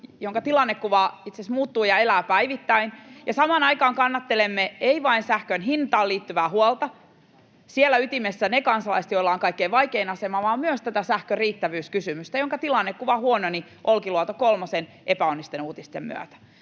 jonka tilannekuva itse asiassa muuttuu ja elää päivittäin. Samaan aikaan emme kannattele vain sähkön hintaan liittyvää huolta — siellä ytimessä ne kansalaiset, joilla on kaikkein vaikein asema — vaan myös tätä sähkön riittävyyskysymystä, jonka tilannekuva huononi Olkiluoto kolmosen epäonnisten uutisten myötä.